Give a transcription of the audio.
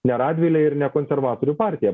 ne radvilė ir ne konservatorių partija